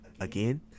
again